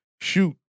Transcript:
shoot